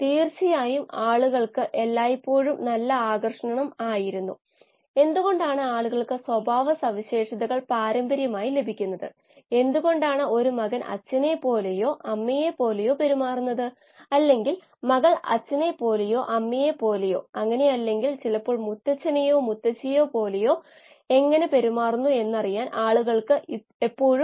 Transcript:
മൂന്നാമത്തെ ചോദ്യം എന്താണ് ആവശ്യം എന്താണ് നിലവിലുള്ളത് ഇവ രണ്ടും എങ്ങനെ ബന്ദിപ്പിക്കും